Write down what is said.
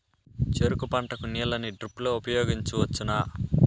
చెరుకు పంట కు నీళ్ళని డ్రిప్ లో ఉపయోగించువచ్చునా?